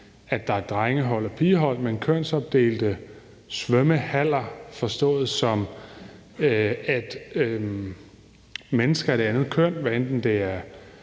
at der er drenge- og pigehold, men kønsopdelte svømmehaller, forstået som at mennesker af det andet køn, hvad enten det er